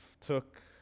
took